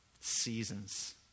Seasons